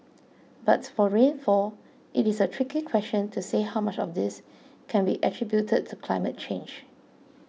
but for rainfall it is a tricky question to say how much of this can be attributed to climate change